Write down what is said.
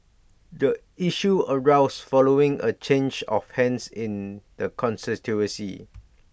the issue arose following A change of hands in the constituency